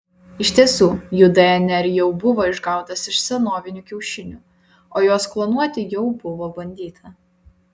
iš tiesų jų dnr jau buvo išgautas iš senovinių kiaušinių o juos klonuoti jau buvo bandyta